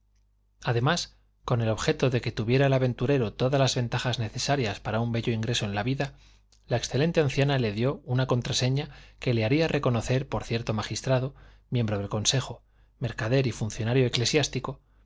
además con el objeto de que tuviera el aventurero todas las ventajas necesarias para un bello ingreso en la vida la excelente anciana le dió una contraseña que le haría reconocer por cierto magistrado miembro del consejo mercader y funcionario eclesiástico